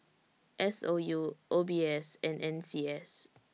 S O U O B S and N C S